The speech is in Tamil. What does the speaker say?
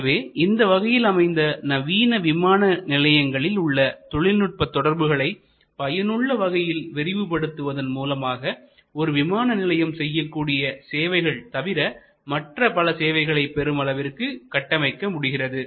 எனவே இந்த வகையில் அமைந்த நவீன விமான நிலையங்களில் உள்ள தொழில்நுட்ப தொடர்புகளை பயனுள்ள வகையில் விரிவுபடுத்துவதன் மூலமாக ஒரு விமான நிலையம் செய்யக்கூடிய சேவைகளை தவிர மற்ற பல சேவைகளைப் பெறும் அளவிற்கு கட்டமைக்க முடிகிறது